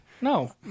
No